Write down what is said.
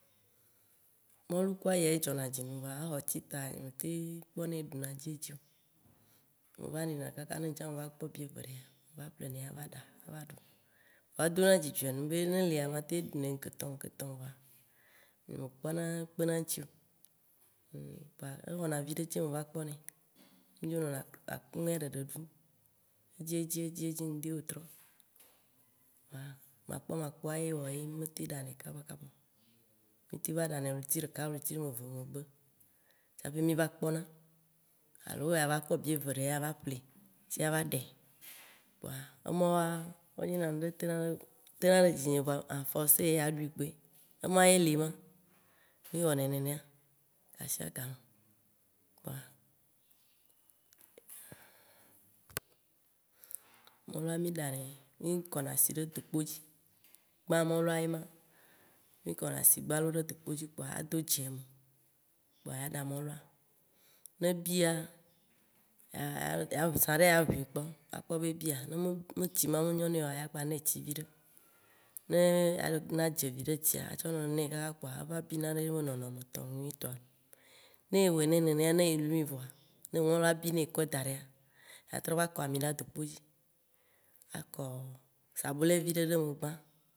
Mɔlu ku ayi ye dzɔ na dzi num voa exɔti ta nye me tem kpɔnɛ ɖuna edziedzi o, me va nɔnɛ kaka ne ŋtsã meva kpɔ bieve ɖea me va yi ƒle nɛ ava ɖa, ava ɖu voa edona dzidzɔ num be ne elia, matem nɔ ɖum ekeketɔ, ŋkeketɔ voa, nye me kpɔna kpena ŋti o kpoa ewɔna viɖe ce meva kpɔnɛ. Mì dzo nɔna akumea ɖeɖe ɖum edzi edzi edzi edzi, ŋdi wetrɔ. Kpoa, makpɔ makpɔa ye woe be mì me tem ɖa nɛ kaba o, mì tem va ɖa nɛ wetri ɖeka alo eve megbe tsaƒe mìva kpɔna, alo ye ava kpɔ bieve ɖe ye ava ƒli ce ava ɖae, emɔwoa nye ŋɖe te na ɖe dzi nye voa anh force ye aɖui kpoe, ema ye li ma, mì wɔnɛ nenea gasiagame kpoa, Mɔlua mì ɖanɛ, mí kɔna si ɖe dokpo dzi gbã mɔlua ye ma, mì kɔna si gbalo ɖe dokpo dzi kpoa ado dze eme kpoa ya ɖa mɔlua, ne bia zã ɖe ya ʋui kpɔ akpɔ be ebia, ne tsi ma me nyo nɛ oa, ya gba nɛ tsi viɖe. Ne anɔ na dze viɖe tsia atsɔ nɔnɛ kaka kpoa eva bina ɖe ye be nɔnɔ me tɔ nu nyuitɔa. Ne ewɔe nɛ nenea, ne elui voa, ne mɔlua bi ye kɔɛ daɖɛa. Yatrɔ va kɔ ami ɖe adokpo dzi, akɔ sabulɛ viɖe ɖe eme gbã